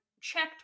checked